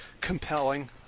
compelling